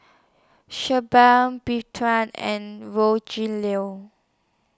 Shelba and Rogelio